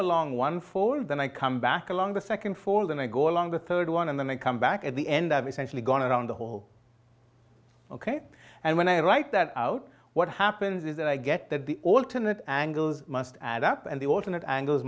along one fold then i come back along the second fall and i go along the third one and then i come back at the end of essentially going around the hole ok and when i write that out what happens is that i get that the alternate angles must add up and the alternate angles